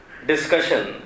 discussion